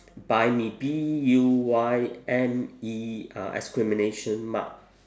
buy me B U Y M E uh exclamation mark